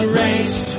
race